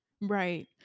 right